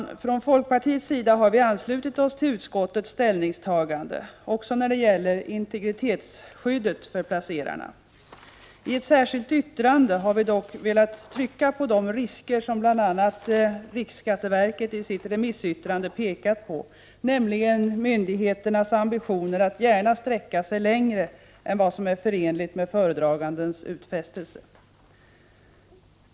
Från folkpartiets sida har vi anslutit oss till utskottets ställningstagande — också när det gäller integritetsskyddet för placerarna. I ett särskilt yttrande har vi dock velat trycka på de risker som bl.a. riksskatteverket i sitt remissyttrande pekat på, nämligen myndigheternas ambitioner att gärna sträcka sig längre än vad som är förenligt med föredragandens utfästelse.